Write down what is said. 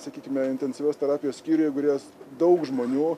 sakykime intensyvios terapijos skyriuje gulėjęs daug žmonių